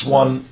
one